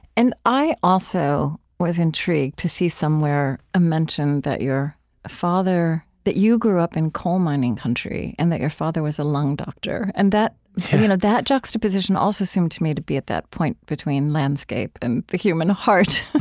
and i also was intrigued to see somewhere a mention that your father that you grew up in coal mining country and that your father was a lung doctor. and that you know that juxtaposition also seemed to me to be at that point between landscape and the human heart.